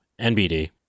NBD